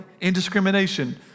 indiscrimination